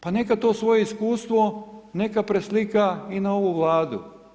Pa neka to svoje iskustvo, neka preslika i na ovu Vladu.